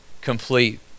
complete